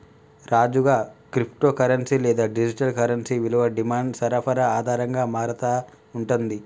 రాజుగా, crypto currency లేదా digital currency విలువ డిమాండ్ సరఫరా ఆధారంగా మారతా ఉంటుంది